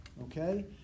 okay